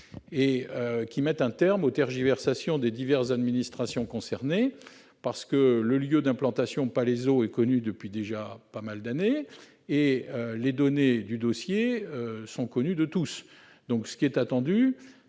qui mette un terme aux tergiversations des diverses administrations concernées. Le lieu d'implantation, Palaiseau, est connu depuis déjà pas mal d'années et les données du dossier sont connues de tous. Je sais,